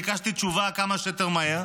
ביקשתי תשובה כמה שיותר מהר.